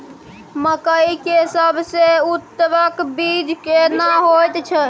मकई के सबसे उन्नत बीज केना होयत छै?